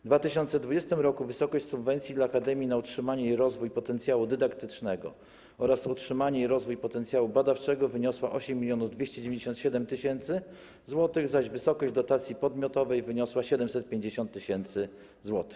W 2020 r. wysokość subwencji dla akademii na utrzymanie i rozwój potencjału dydaktycznego oraz utrzymanie i rozwój potencjału badawczego wyniosła 8297 tys. zł, zaś wysokość dotacji podmiotowej wyniosła 750 tys. zł.